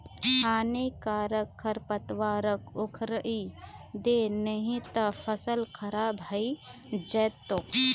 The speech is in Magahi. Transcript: हानिकारक खरपतवारक उखड़इ दे नही त फसल खराब हइ जै तोक